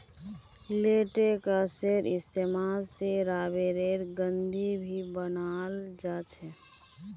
लेटेक्सेर इस्तेमाल से रबरेर गेंद भी बनाल जा छे